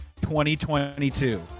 2022